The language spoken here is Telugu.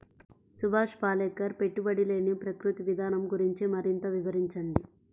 సుభాష్ పాలేకర్ పెట్టుబడి లేని ప్రకృతి విధానం గురించి మరింత వివరించండి